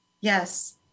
Yes